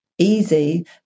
Easy